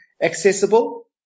accessible